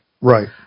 right